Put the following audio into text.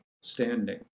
standing